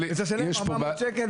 הוא צריך לשלם 400 שקל.